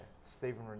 Stephen